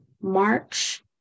March